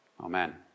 Amen